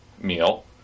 meal